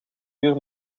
uur